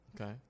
Okay